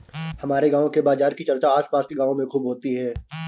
हमारे गांव के बाजार की चर्चा आस पास के गावों में खूब होती हैं